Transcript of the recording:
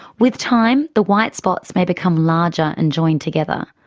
with time, the white spots may become larger and join together,